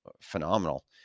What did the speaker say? phenomenal